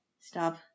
Stop